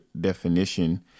definition